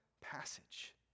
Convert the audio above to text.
passage